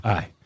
Aye